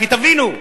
כי תבינו,